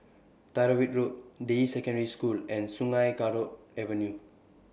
Tyrwhitt Road Deyi Secondary School and Sungei Kadut Avenue